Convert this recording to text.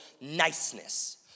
niceness